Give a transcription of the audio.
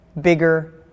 bigger